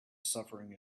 suffering